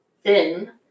thin